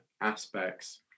aspects